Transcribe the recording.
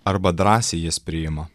arba drąsiai jas priima